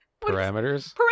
Parameters